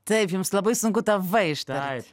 taigi jums labai sunku tą v ištart